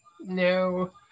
No